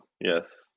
yes